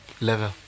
level